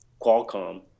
Qualcomm